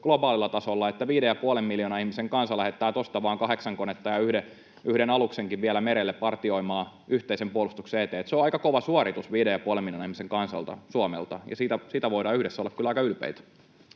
globaalilla tasolla, että 5,5 miljoonan ihmisen kansa lähettää tuosta vaan kahdeksan konetta ja vielä yhden aluksenkin merelle partioimaan yhteisen puolustuksen eteen. Se on aika kova suoritus 5,5 miljoonan ihmisen kansalta, Suomelta, ja siitä voidaan yhdessä olla kyllä aika ylpeitä.